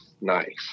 nice